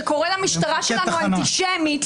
שקורא למשטרה שלנו "אנטישמית",